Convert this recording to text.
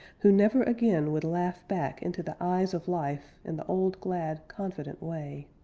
who never again would laugh back into the eyes of life in the old glad, confident way.